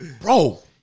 bro